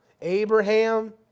Abraham